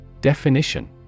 Definition